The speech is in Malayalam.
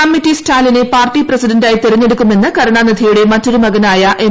കമ്മിറ്റി സ്റ്റാലിനെ പാർട്ടി പ്രസിഡന്റായി തെരഞ്ഞെടുക്കുമെന്ന് കരുണാനിധിയുടെ മറ്റൊരു മകനായ എം